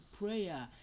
prayer